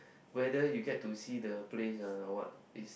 whether you get to see the place ah or what is